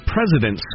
President